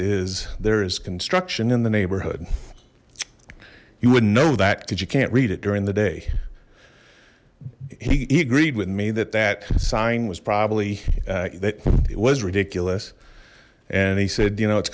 is there is construction in the neighborhood you wouldn't know that did you can't read it during the day he agreed with me that that sign was probably that it was ridiculous and he said you know it's